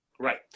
Right